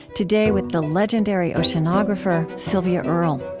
today, with the legendary oceanographer sylvia earle